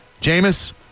Jameis